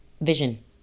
vision